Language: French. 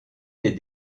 des